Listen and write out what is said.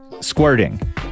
squirting